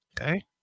Okay